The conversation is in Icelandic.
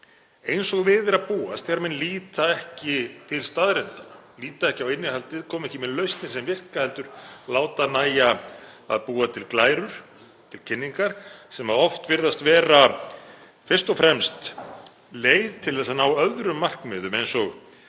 eins og við er að búast þegar menn líta ekki til staðreyndanna, líta ekki á innihaldið, koma ekki með lausnir sem virka heldur láta nægja að búa til glærur, kynningar sem oft virðast fyrst og fremst leið til að ná öðrum markmiðum, eins og markmiðum